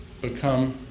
become